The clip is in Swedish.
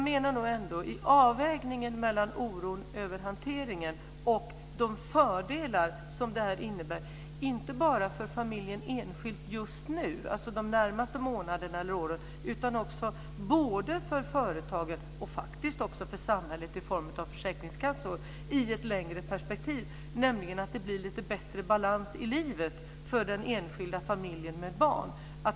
Men i avvägningen mellan oron över hanteringen och de fördelar som det här innebär i ett längre perspektiv - inte bara för familjen enskilt just nu de närmaste månaderna eller åren, utan också både för företagen och för samhället i form av försäkringskassorna - handlar det om att det blir lite bättre balans i livet för den enskilda familjen med barn.